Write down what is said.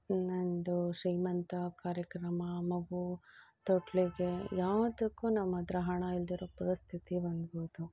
ನನ್ನದು ಶ್ರೀಮಂತ ಕಾರ್ಯಕ್ರಮ ಮಗು ತೊಟ್ಟಿಲಿಗೆ ಯಾವುದಕ್ಕೂ ನಮ್ಮ ಹತ್ರ ಹಣ ಇಲ್ಲದಿರೋ ಪರಿಸ್ಥಿತಿ ಬಂದ್ಬಿಡ್ತು